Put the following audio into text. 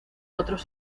otros